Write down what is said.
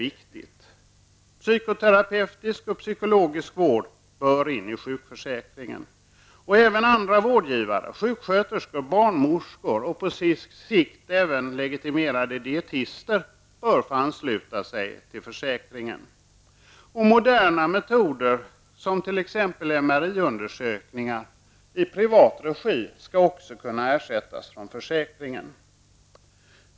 Psykoterapeutisk och psykologisk vård bör föras in under sjukförsäkringen. Även andra vårdgivare -- sjuksköterskor, barnmorskor och på sikt även legitimerade dietister -- bör få ansluta sig till försäkringen. Undersökningar med moderna metoder i privat regi, som t.ex. MRI undersökningar, skall också kunna ersättas från försäkringen.